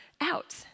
out